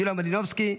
יוליה מלינובסקי,